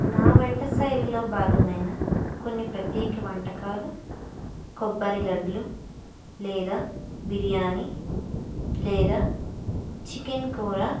నా వంట శైలిలో భాగమైన కొన్ని ప్రత్యేక వంటకాలు కొబ్బరి లడ్లు లేదా బిర్యానీ లేదా చికెన్ కూర